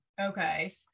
okay